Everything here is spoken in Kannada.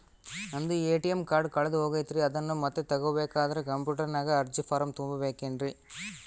ನಂದು ಎ.ಟಿ.ಎಂ ಕಾರ್ಡ್ ಕಳೆದು ಹೋಗೈತ್ರಿ ಅದನ್ನು ಮತ್ತೆ ತಗೋಬೇಕಾದರೆ ಕಂಪ್ಯೂಟರ್ ನಾಗ ಅರ್ಜಿ ಫಾರಂ ತುಂಬಬೇಕನ್ರಿ?